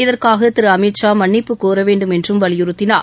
இதற்காக திரு அமித் ஷா மன்னிப்பு கோர வேண்டும் என்றும் வலியுறுத்தினார்